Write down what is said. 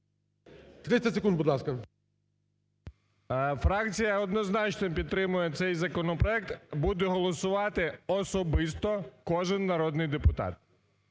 30 секунд, будь ласка. СОБОЛЄВ Є.В. Фракція однозначно підтримує цей законопроект, буде голосувати особисто кожен народний депутат.